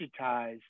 digitized